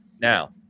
Now